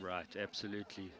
right absolutely